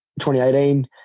2018